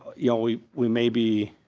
you know we we may be